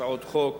הצעות חוק